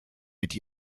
mit